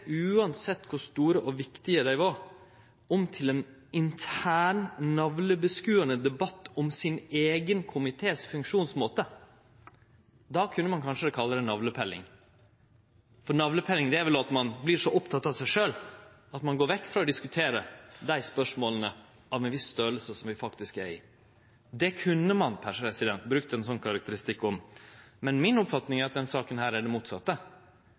uansett kor store og viktige dei var – om til ein intern, «navlebeskuande» debatt om funksjonsmåten til sin eigen komité, då kunne ein kanskje kalle det «navlepilleri». For «navlepilleri» er vel at ein vert så oppteken av seg sjølv at ein går vekk frå å diskutere dei spørsmåla av ein viss størrelse som vi faktisk har. Det kunne ein ha brukt ein slik karakteristikk om, men mi oppfatning er at denne saka er det motsette.